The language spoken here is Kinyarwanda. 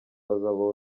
hazabaho